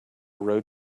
road